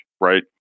right